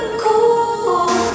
cool